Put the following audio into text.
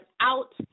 out